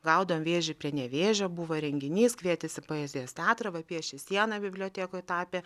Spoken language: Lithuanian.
gaudom vėžį prie nevėžio buvo renginys kvietėsi poezijos teatrą va piešė sieną bibliotekoj tapė